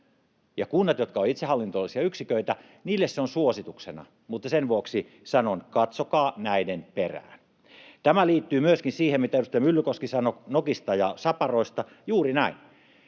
Kunnille, jotka ovat itsehallintoisia yksiköitä, se on suosituksena, mutta sen vuoksi sanon: katsokaa näiden perään. Tämä liittyy myöskin siihen, mitä edustaja Myllykoski sanoi nokista ja saparoista. Juuri näin: